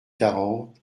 quarante